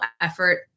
effort